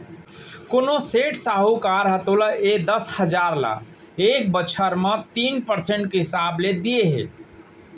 कोनों सेठ, साहूकार ह तोला ए दस हजार ल एक बछर बर तीन परसेंट के हिसाब ले दिये हे?